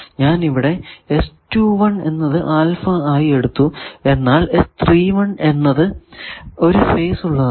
ഞാൻ ഇവിടെ എന്നത് ആൽഫ ആയി എടുത്തു എന്നാൽ എന്നതിൽ ഒരു ഫേസ് ഉള്ളതാണ്